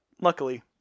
luckily